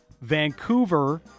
Vancouver